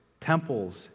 Temples